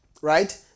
right